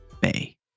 bay